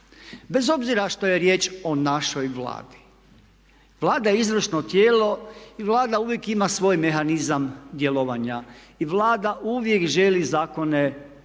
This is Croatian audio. Bez obzira što je riječ o našoj Vladi, Vlada je izvršno tijelo i Vlada uvijek ima svoj mehanizam djelovanja i Vlada uvijek želi zakone donijeti